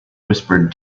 whispered